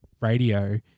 radio